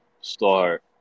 start